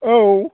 औ